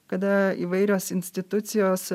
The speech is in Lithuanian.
kada įvairios institucijos